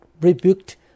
rebuked